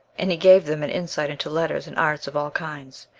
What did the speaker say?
and he gave them an insight into letters and arts of all kinds.